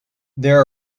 there